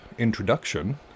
introduction